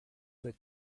that